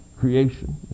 Creation